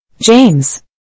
James